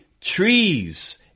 trees